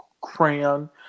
crayon